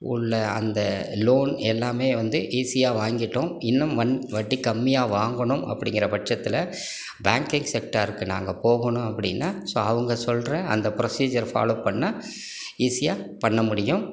உள்ள அந்த லோன் எல்லாமே வந்து ஈஸியாக வாங்கிட்டோம் இன்னும் வன் வட்டி கம்மியாக வாங்கணும் அப்படிங்கற பட்சத்தில் பேங்கிங் செக்டாருக்கு நாங்கள் போகணும் அப்படின்னா ஸோ அவங்க சொல்லுற அந்த ப்ரொசீஜர் ஃபாலோ பண்ணிணா ஈஸியாக பண்ண முடியும்